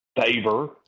favor